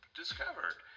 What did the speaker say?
discovered